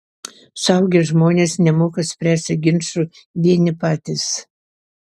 suaugę žmonės nemoka spręsti ginčų vieni patys